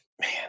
man